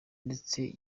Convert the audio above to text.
ndetse